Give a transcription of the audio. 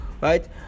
right